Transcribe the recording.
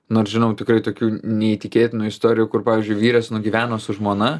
nors žinom tikrai tokių neįtikėtinų istorijų kur pavyzdžiui vyras nugyveno su žmona